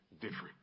different